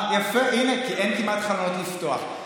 יפה, הינה, אין כמעט חלונות לפתוח.